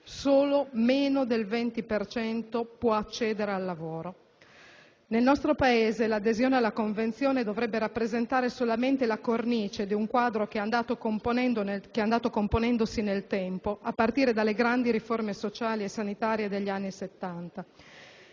solo meno del 20 per cento accede al lavoro. Nel nostro Paese l'adesione alla Convenzione dovrebbe rappresentare solamente la cornice di un quadro che si è andato componendo nel tempo, a partire dalle grandi riforme sociali e sanitarie degli anni